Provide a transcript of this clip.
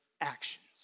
actions